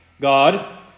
God